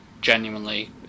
genuinely